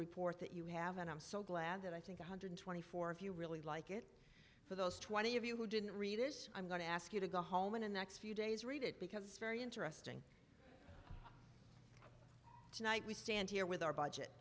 report that you have and i'm so glad that i think one hundred twenty four if you really like it for those twenty of you who didn't read this i'm going to ask you to go home in a next few days read it because it's very interesting tonight we stand here with our budget